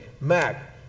Mac